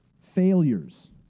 failures